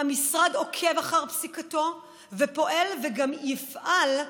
המשרד עוקב אחר פסיקתו ופועל וגם יפעל,